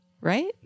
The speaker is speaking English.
Right